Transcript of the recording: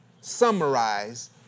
summarize